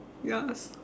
yes